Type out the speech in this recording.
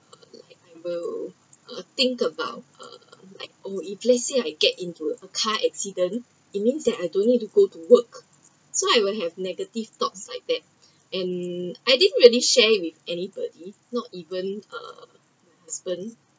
err like I remembered I think about uh like oh if let’s say I get into a car accident it mean that I don’t have to go to work so I will have negative thought like that and I didn’t really shared with anybody not even uh my husband